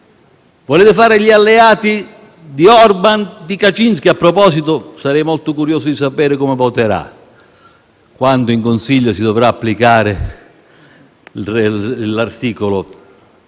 Volete fare gli alleati di Orbán e di Kaczynski? A proposito, sarei molto curioso di sapere come voterà, quando in Consiglio si dovrà applicare l'articolo